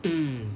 mm